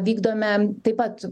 vykdome taip pat